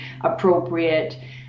appropriate